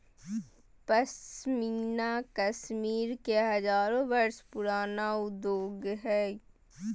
पश्मीना कश्मीर के हजारो वर्ष पुराण उद्योग हइ